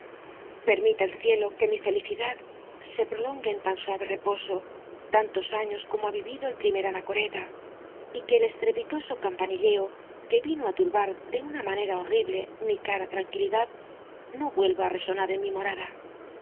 permita el cielo que mi felicidad se prolongue en tan suave reposo tanto años como ha vivido el primer anacoreta y que el estrepitoso campanilleo que vino á turbar de una manera horrible mi cara tranquilidad no vuelva á resonar en mi morada